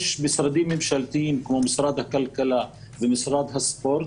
יש משרדים ממשלתיים כמו משרד הכלכלה ומשרד הספורט,